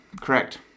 Correct